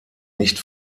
nicht